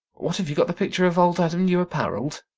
what, have you got the picture of old adam new-apparell'd?